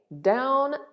down